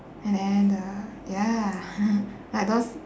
and then the ya like those